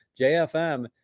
JFM